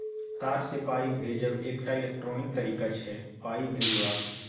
तार सँ पाइ भेजब एकटा इलेक्ट्रॉनिक तरीका छै पाइ भेजबाक